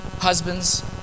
Husbands